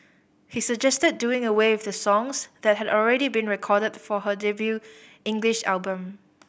he suggested doing away with the songs that had already been recorded for her debut English album